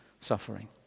Suffering